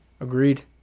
agreed